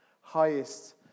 highest